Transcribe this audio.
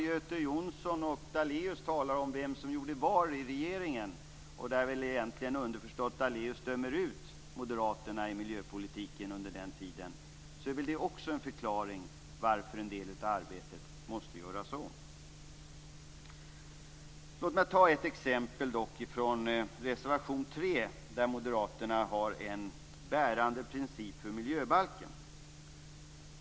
Göte Jonsson och Daléus talar om vem som gjorde vad i regeringen - och det är väl då underförstått att Daléus dömer ut moderaternas agerande i mijöpolitiken under den tiden - och också det är väl en förklaring till att en del av arbetet nu måste göras om. Låt mig ta ett exempel från reservation 3, där moderaterna har en bärande princip för miljöbalken.